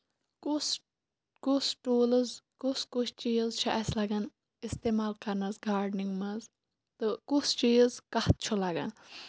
کُس کُس ٹوٗلز کُس کُس چیٖز چھُ اَسہِ لَگان اِستعمال کرنَس گاڑنِنگ منٛز تہٕ کُس چیٖز کَتھ چھُ لَگان